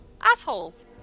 Assholes